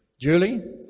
Julie